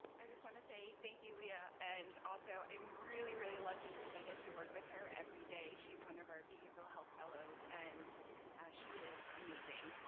i just want to say thank you, leah, and also i'm really, really lucky because i get to work with her every day. she's one of our behavioral health fellows and she is amazing.